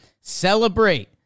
celebrate